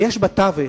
יש בתווך,